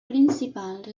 principals